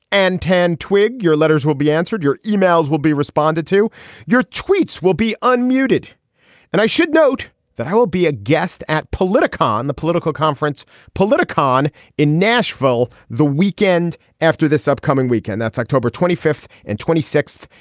and ten. twig your letters will be answered your emails will be responded to your tweets will be unmoved and i should note that i will be a guest at politico on and the political conference politico on in nashville the weekend after this upcoming weekend that's october twenty fifth and twenty sixth.